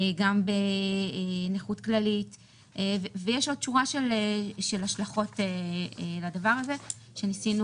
גם בנכות כללית ויש עוד שורה של השלכות לדבר הזה שניסינו,